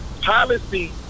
policy